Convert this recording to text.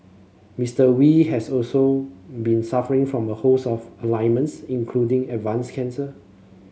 Mister Wee has also been suffering from a host of including advanced cancer